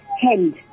hand